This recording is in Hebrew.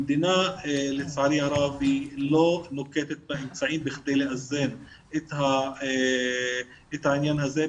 המדינה לצערי הרב לא נוקטת באמצעים בכדי לאזן את העניין הזה,